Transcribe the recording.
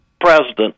president